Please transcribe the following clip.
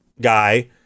guy